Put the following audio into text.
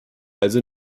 also